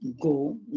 go